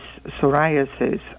psoriasis